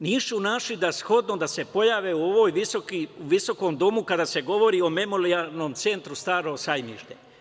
Nisu našli za shodno da se pojave u ovom visokom domu, kada se govori o Memorijalnom centru „Staro Sajmište“